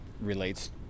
relates